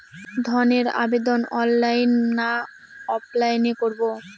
ঋণের আবেদন অনলাইন না অফলাইনে করব?